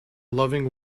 loving